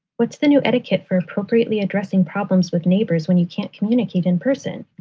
what's the new etiquette for appropriately addressing problems with neighbors when you can't communicate in person?